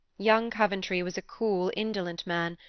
young coventry was a cool, indolent man,